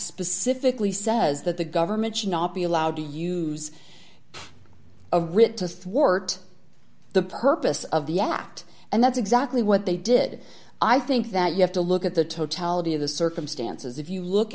specifically says that the government should not be allowed to use a writ to thwart the purpose of the act and that's exactly what they did i think that you have to look at the totality of the circumstances if you look